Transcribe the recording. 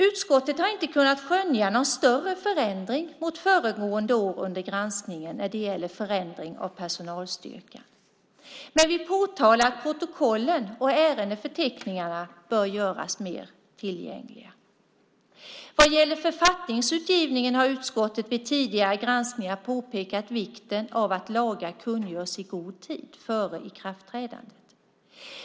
Utskottet har inte kunnat skönja någon större förändring mot föregående år under granskningen när det gäller förändring av personalstyrkan, men vi påtalar att protokollen och ärendeförteckningarna bör göras mer tillgängliga. Vad gäller författningsutgivningen har utskottet vid tidigare granskningar påpekat vikten av att lagar kungörs i god tid före ikraftträdandet.